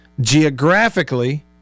Geographically